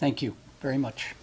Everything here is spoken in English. thank you very much